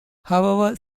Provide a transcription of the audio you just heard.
however